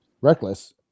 reckless